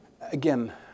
Again